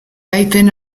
aiten